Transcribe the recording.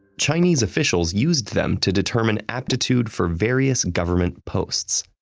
chinese officials used them to determine aptitude for various government posts.